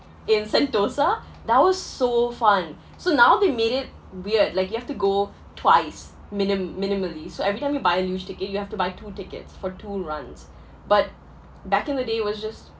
in Sentosa that was so fun so now they made it weird like you have to go twice minim~ minimally so every time you buy a luge ticket you have to buy two tickets for two runs but back in the day it was just